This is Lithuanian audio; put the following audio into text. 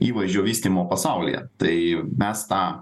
įvaizdžio vystymo pasaulyje tai mes tą